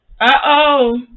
Uh-oh